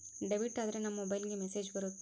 debit ಆದ್ರೆ ನಮ್ ಮೊಬೈಲ್ಗೆ ಮೆಸ್ಸೇಜ್ ಬರುತ್ತೆ